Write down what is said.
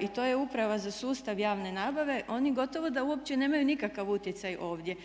i to je Uprava za sustav javne nabave. Oni gotovo da uopće nemaju nikakav utjecaj ovdje